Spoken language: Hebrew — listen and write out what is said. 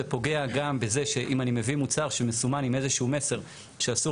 זה פוגע גם בזה שאם אני מביא מוצר שמסומן עם איזה שהוא מסר שאסור